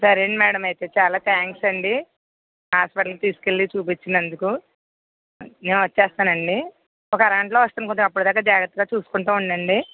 సరే అండి మ్యాడం అయితే చాలా థ్యాంక్స్ అండి హాస్పిటల్ కి తీసుకెళ్ళి చూపించినందుకు నేను వచ్చేస్తానండి ఒక అర గంటలో వస్తాను కొంచెం అప్పటి దాకా జాగ్రత్తగా చూసుకుంటూ ఉండండి